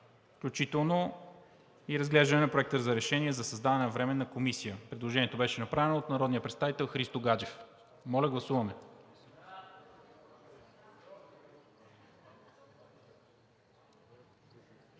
включително и разглеждане на Проекта за решение за създаване на Временна комисия. Предложението беше направено от народния представител Христо Гаджев. Гласували